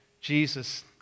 Jesus